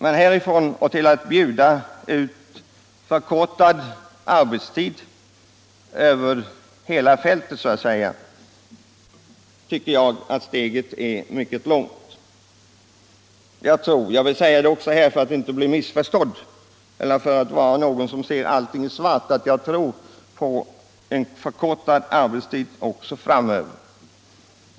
Men härifrån till att bjuda ut förkortad arbetstid över hela fältet tycker jag att steget är långt. För att inte bli missförstådd vill jag säga att jag tror på en förkortad arbetstid framöver.